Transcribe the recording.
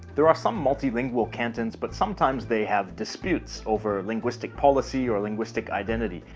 there are some multilingual cantons but sometimes, they have disputes over linguistic policy or linguistic identity.